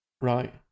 Right